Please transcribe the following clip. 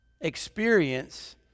experience